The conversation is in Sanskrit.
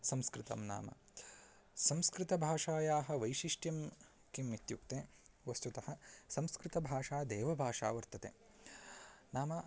संस्कृतं नाम संस्कृतभाषायाः वैशिष्ट्यं किम् इत्युक्ते वस्तुतः संस्कृतभाषा देवभाषा वर्तते नाम